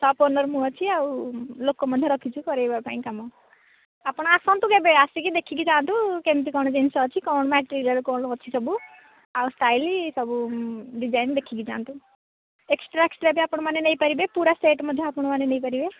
ସପ୍ରେ owner ମୁଁ ଅଛି ଆଉ ଲୋକ ମଧ୍ୟ ରଖିଛୁ କରାଇବା ପାଇଁ କାମ ଆପଣ ଆସନ୍ତୁ କେବେ ଆସିକି ଦେଖିକି ଯାଆନ୍ତୁ କେମିତି କଣ ଜିନିଷ ଅଛି କଣ ମ୍ୟାଟେରିଆଲ୍ କଣ ଅଛି ସବୁ ଆଉ ସାଇଜ୍ ସବୁ ଡିଜାଇନ୍ ଦେଖିକି ଯାଆନ୍ତୁ ଏକ୍ସଟ୍ରା ଏକ୍ସଟ୍ରା ବି ଆପଣମାନେ ନେଇପାରିବେ ପୁରା ସେଟ୍ ବି ଆପଣ ନେଇପାରିବେ